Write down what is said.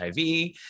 HIV